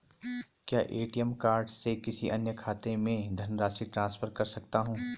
क्या ATM card से किसी अन्य खाते में धनराशि ट्रांसफर कर सकता हूँ?